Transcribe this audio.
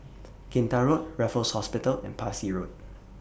Kinta Road Raffles Hospital and Parsi Road